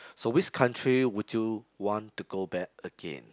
so which country would you want to go back again